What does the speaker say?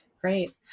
Great